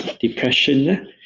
depression